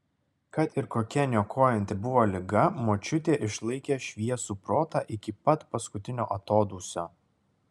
kad ir kokia niokojanti buvo liga močiutė išlaikė šviesų protą iki pat paskutinio atodūsio